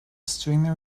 streamer